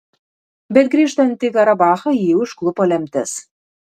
bet grįžtant į karabachą jį užklupo lemtis